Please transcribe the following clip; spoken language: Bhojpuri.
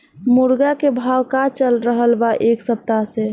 मुर्गा के भाव का चलत बा एक सप्ताह से?